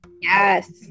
Yes